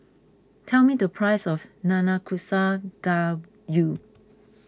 tell me the price of Nanakusa Gayu